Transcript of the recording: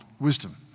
wisdom